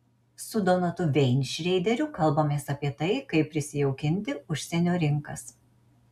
su donatu veinšreideriu kalbamės apie tai kaip prisijaukinti užsienio rinkas